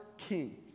king